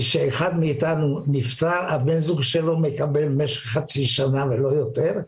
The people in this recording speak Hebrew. כשאחד מאיתנו נפטר הבן זוג שלו מקבל במשך חצי שנה ולא יותר,